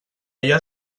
allà